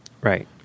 Right